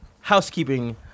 housekeeping